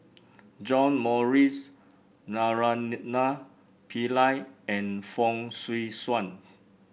John Morrice Naraina Pillai and Fong Swee Suan